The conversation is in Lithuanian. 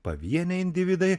pavieniai individai